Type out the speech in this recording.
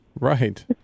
Right